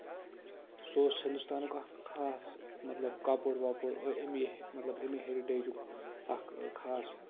سُہ اوس ہِندُستانُک اکھ خاص مطلب کپُر وپُر اَمہِ مطلب اَمہِ ہیریٹیجُک اکھ خاص